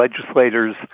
legislators